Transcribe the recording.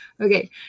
okay